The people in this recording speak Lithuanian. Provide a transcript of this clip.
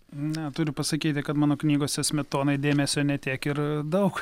na turiu pasakyti kad mano knygose smetonai dėmesio ne tiek ir daug